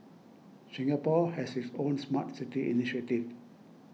Singapore has its own Smart City initiative